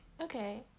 Okay